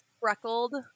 freckled